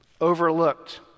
Overlooked